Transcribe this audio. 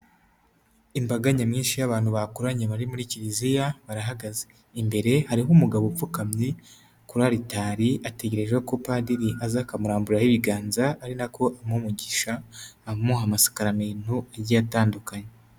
Imbaga nyamwinshi y'abantu bakoranye bari muri kiliziya barahagaze imbere hariho umugabo upfukamye kuri aritari ategerereza ko padiri aza akamuramburaho ibiganza ari nako amuha umugisha amuha amasakaramentu agiye atandukanye.